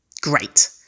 Great